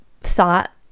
thought